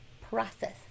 process